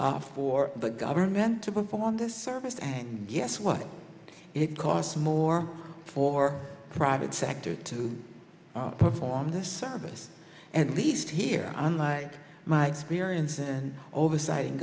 more for the government to perform this service and guess what it costs more for the private sector to perform this service at least here unlike my experience and oversight and